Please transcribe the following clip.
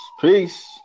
Peace